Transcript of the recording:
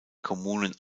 kommunen